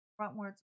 frontwards